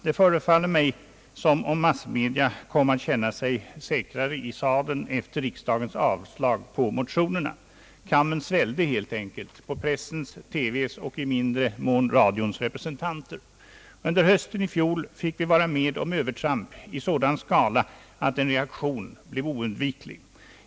Det förefaller mig som om massmedia kom att känna sig säkrare i sadeln efter riksdagens avslag på motionerna. Kammen svällde helt enkelt på pressen, TV:s och i mindre mån radions representanter. Under hösten i fjol fick vi vara med om övertramp i sådan skala att en reaktion blev oundviklig.